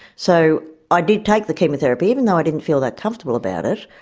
so i did take the chemotherapy, even though i didn't feel that comfortable about it,